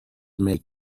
make